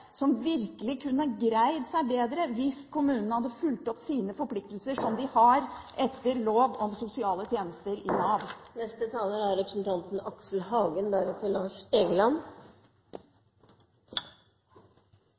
som virkelig kunne greid seg bedre hvis kommunen ved Nav hadde fulgt opp sine forpliktelser, som de har etter lov om sosiale tjenester.